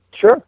Sure